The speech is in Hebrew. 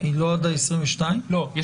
מה זה